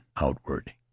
outward